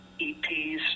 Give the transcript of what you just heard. EPs